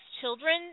children